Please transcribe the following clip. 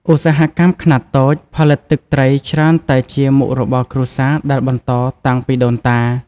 ឧស្សាហកម្មខ្នាតតូច ផលិតទឹកត្រីច្រើនតែជាមុខរបរគ្រួសារដែលបន្តតាំងពីដូនតា។